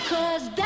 Cause